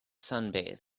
sunbathe